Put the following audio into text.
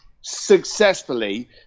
successfully